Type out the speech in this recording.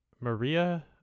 maria